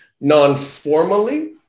Non-formally